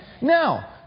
Now